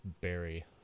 berry